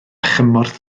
chymorth